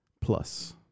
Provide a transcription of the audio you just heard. Plus